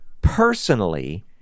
personally